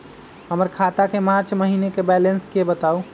हमर खाता के मार्च महीने के बैलेंस के बताऊ?